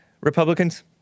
Republicans